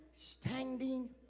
standing